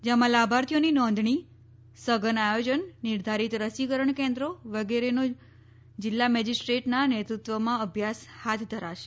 જેમાં લાભાર્થીઓની નોંધણી સધન આયોજન નિર્ધારીત રસીકરણ કેન્રો ા વગેરેનો જિલ્લા મેજીસ્રેર્ટનાં નેતૃત્વમાં અભ્યાસ હાથ ધરાશે